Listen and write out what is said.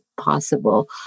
possible